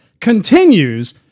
continues